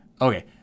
Okay